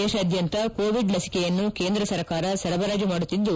ದೇಶಾದ್ಯಂತ ಕೋವಿಡ್ ಲಸಿಕೆಯನ್ನು ಕೇಂದ್ರ ಸರ್ಕಾರ ಸರಬರಾಜು ಮಾಡುತ್ತಿದ್ದು